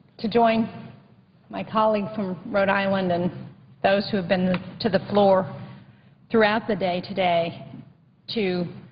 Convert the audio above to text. to join my colleague from rhode island and those who have been to the floor throughout the day today to